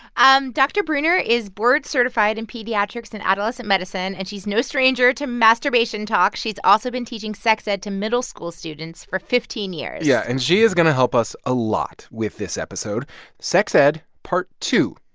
um dr. breuner is board-certified in pediatrics and adolescent medicine, and she's no stranger to masturbation talk. she's also been teaching sex ed to middle school students for fifteen years yeah, and she is going to help us a lot with this episode sex ed, part two,